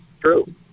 True